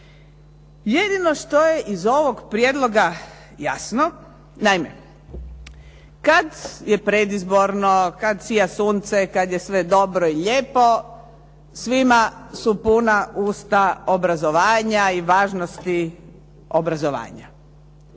Jedino što je iz ovog prijedloga jasno, naime kad je predizborno, kad sija sunce, kad je sve dobro i lijepo, svima su puna usta obrazovanja i važnosti obrazovanja.